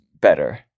better